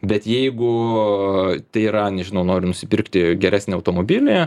bet jeigu tai yra nežinau nori nusipirkti geresnį automobilį